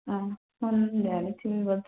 ହଁ ଆପଣ ଜାଣିଥିବେ ବୋଧେ